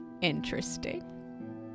interesting